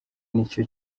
nicyo